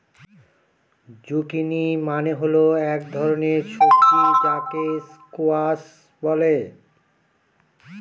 zucchini মানে হল এক ধরনের সবজি যাকে স্কোয়াশ বলে